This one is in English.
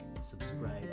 subscribe